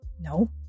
No